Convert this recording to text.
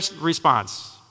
response